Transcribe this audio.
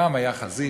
פעם הייתה חזית.